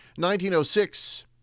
1906